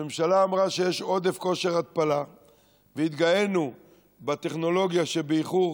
הממשלה אמרה שיש עודף כושר התפלה והתגאינו בטכנולוגיה שבאיחור